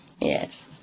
Yes